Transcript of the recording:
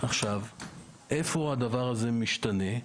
איפה הדבר הזה משתנה?